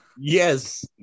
yes